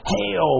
Hail